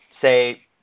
say